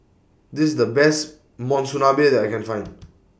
This IS The Best Monsunabe that I Can Find